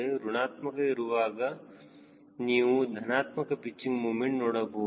ಋಣಾತ್ಮಕ ಇರುವಾಗ ನೀವು ಧನಾತ್ಮಕ ಪಿಚ್ಚಿಂಗ್ ಮೂಮೆಂಟ್ ನೋಡಬಹುದು